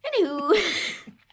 Anywho